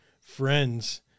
friends